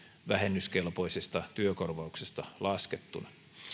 vähennyskelpoisesta työkorvauksesta laskettuna